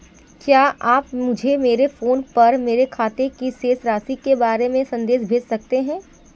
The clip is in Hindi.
क्या आप मुझे मेरे फ़ोन पर मेरे खाते की शेष राशि के बारे में संदेश भेज सकते हैं?